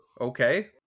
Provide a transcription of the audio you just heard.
Okay